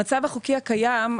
במצב החוקי הקיים,